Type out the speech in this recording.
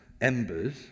embers